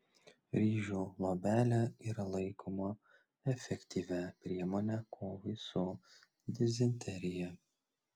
ryžių luobelė yra laikoma efektyvia priemone kovai su dizenterija